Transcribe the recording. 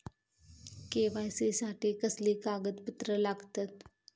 KYC साठी कसली कागदपत्र लागतत?